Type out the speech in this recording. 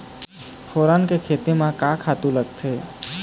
फोरन के खेती म का का खातू लागथे?